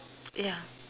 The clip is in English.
ya